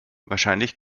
wahrscheinlich